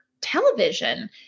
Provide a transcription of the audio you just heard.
television